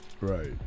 Right